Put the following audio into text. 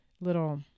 little